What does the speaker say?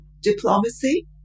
diplomacy